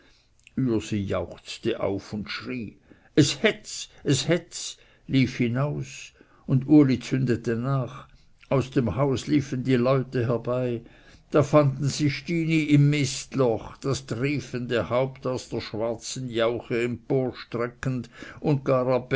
jauchzte auf und schrie es hets es hets lief hinaus und uli zündete nach aus dem hause liefen die leute herbei und da fanden sie stini im mistloch das triefende haupt aus der schwarzen jauche emporstreckend und